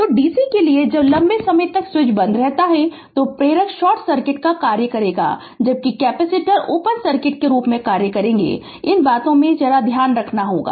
तो dc के लिए जब लंबे समय तक स्विच बंद रहता है तो प्रेरक शॉर्ट सर्किट का कार्य करेगा जबकि कैपेसिटर ओपन सर्किट के रूप में कार्य करेगा इन बातों को ध्यान में रखना होगा